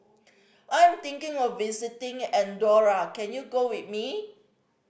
I'm thinking of visiting Andorra can you go with me